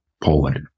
Poland